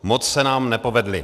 Moc se nám nepovedly.